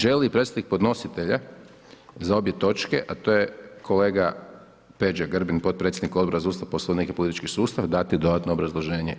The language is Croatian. Želi li predstavnik podnositelja za obje točke, a to je kolega Peđa Grbin, potpredsjednik Odbora za Ustav, Poslovnik i politički sustav dati dodatno obrazloženje.